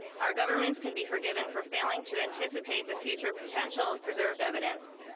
our governments can be forgiven for failed to anticipate the future potential of preserved evidence,